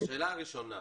השאלה הראשונה,